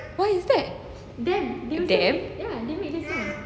oh is that them